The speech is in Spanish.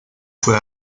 fue